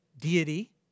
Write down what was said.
deity